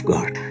God